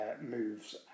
moves